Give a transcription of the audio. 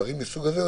דברים מהסוג הזה,